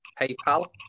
PayPal